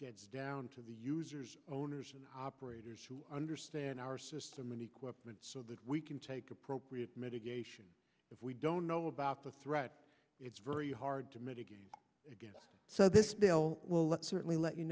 gets down to the users owners and operators who understand our system and equipment so that we can take appropriate mitigation if we don't know about the threat it's very hard to mitigate against so this bill well let's certainly let you